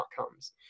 outcomes